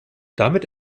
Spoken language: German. damit